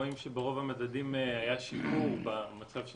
רואים שברוב המדדים היה שיפור במצב של